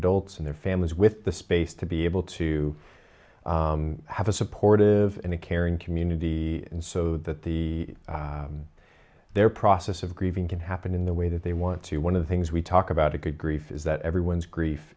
adults and their families with the space to be able to have a supportive and a caring community and so that the their process of grieving can happen in the way that they want to one of the things we talk about a good grief is that everyone's grief